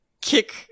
kick